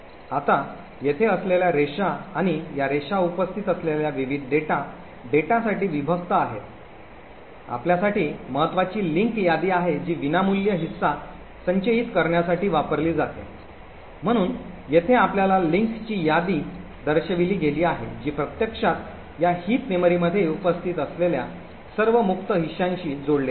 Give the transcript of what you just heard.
आता येथे असलेल्या रेषा आणि या रेषा उपस्थित असलेल्या विविध डेटा डेटासाठी विभक्त आहेत आपल्यासाठी महत्वाची लिंक यादी आहे जी विनामूल्य हिस्सा संचयित करण्यासाठी वापरली जाते म्हणून येथे आपल्याला लिंकची यादी दर्शविली गेली आहे जी प्रत्यक्षात या हिप मेमरीमध्ये उपस्थित असलेल्या सर्व मुक्त हिस्साांशी जोडलेला आहे